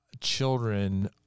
children